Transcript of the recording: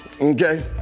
okay